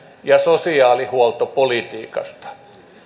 ja sosiaalihuoltopolitiikasta